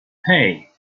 hey